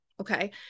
okay